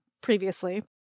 previously